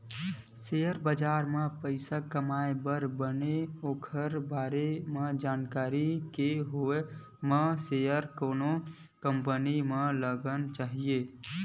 share बजार म पइसा कमाए बर बने ओखर बारे म जानकारी के होय म ही सेयर कोनो कंपनी म लगाना चाही